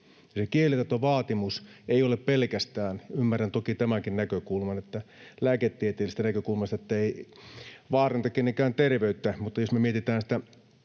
kielitaitovaatimus ei ole pelkästään... Ymmärrän toki tämänkin, että lääketieteellisestä näkökulmasta ei vaaranneta kenenkään terveyttä, mutta jos me mietitään sitä